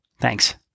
Thanks